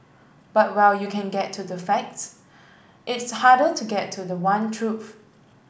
but while you can get to the facts it's harder to get to the one truth